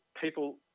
people